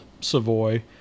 Savoy